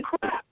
crap